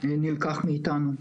נלקח מאיתנו.